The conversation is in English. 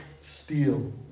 steal